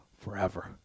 forever